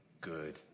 good